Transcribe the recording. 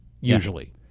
usually